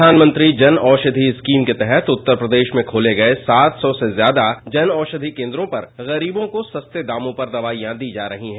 प्रधानमंत्री जन औषधि स्कीम के तहत उत्तर प्रेदश में खोले गये सात सौ से ज्यादा जन औषधि केन्द्रों पर गरीबों को सस्ते दामों पर दवाईयां दी जा रही हैं